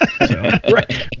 right